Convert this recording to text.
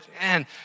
man